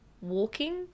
Walking